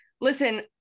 Listen